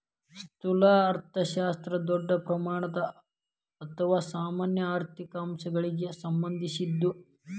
ಸ್ಥೂಲ ಅರ್ಥಶಾಸ್ತ್ರ ದೊಡ್ಡ ಪ್ರಮಾಣದ ಅಥವಾ ಸಾಮಾನ್ಯ ಆರ್ಥಿಕ ಅಂಶಗಳಿಗ ಸಂಬಂಧಿಸಿದ್ದು